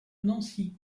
nancy